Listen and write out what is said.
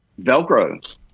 Velcro